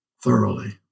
thoroughly